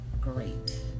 great